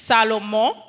Salomon